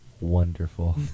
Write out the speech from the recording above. wonderful